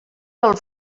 del